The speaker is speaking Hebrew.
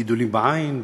גידולים בעין,